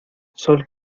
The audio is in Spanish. sol